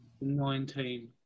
nineteen